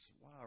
Wow